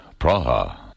Praha